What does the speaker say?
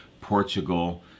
Portugal